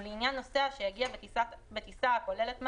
ולעניין נוסע שהגיע בטיסה הכוללת מעבר,